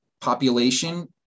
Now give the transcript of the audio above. population